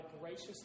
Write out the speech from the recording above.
gracious